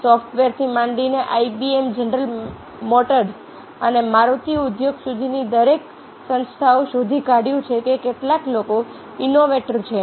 સોફ્ટવેરથી માંડીને IBM General Motors અને મારુતિ ઉદ્યોગ સુધીની દરેક સંસ્થાએ શોધી કાઢ્યું છે કે કેટલાક લોકો ઇનોવેટર છે